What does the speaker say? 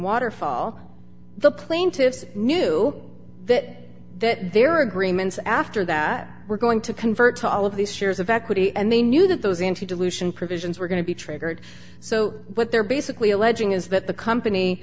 waterfall the plaintiffs knew that that there are agreements after that we're going to convert all of these shares of equity and they knew that those into dilution provisions were going to be triggered so what they're basically alleging is that the company